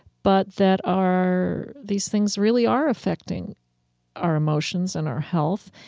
but that are these things really are affecting our emotions and our health.